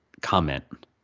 comment